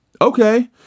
Okay